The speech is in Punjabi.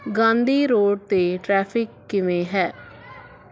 ਗਾਂਧੀ ਰੋਡ 'ਤੇ ਟ੍ਰੈਫਿਕ ਕਿਵੇਂ ਹੈ